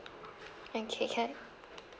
okay can